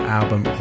album